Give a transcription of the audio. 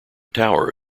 tower